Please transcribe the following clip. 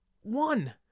One